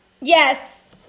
yes